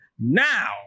Now